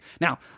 Now